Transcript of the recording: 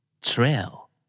trail